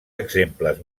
exemples